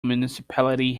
municipality